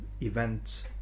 event